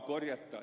hah